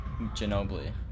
Ginobili